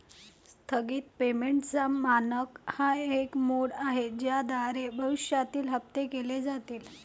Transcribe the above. स्थगित पेमेंटचा मानक हा एक मोड आहे ज्याद्वारे भविष्यातील हप्ते केले जातील